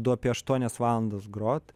du apie aštuonias valandas grot